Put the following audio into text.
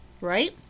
right